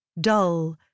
dull